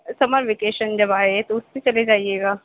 سمر vacation جب آئے تو اُس میں چلے جائیے گا